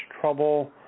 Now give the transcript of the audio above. trouble